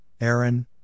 Aaron